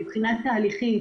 מבחינה תהליכית,